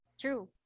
True